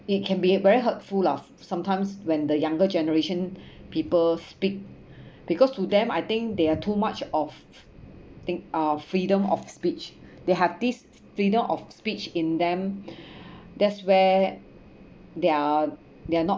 it can be very hurtful lah sometimes when the younger generation people speak because to them I think they are too much of think uh freedom of speech they have this freedom of speech in them that's where they're they're not